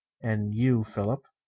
and you, philip.